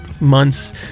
months